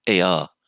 AR